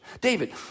David